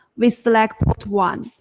we select port one,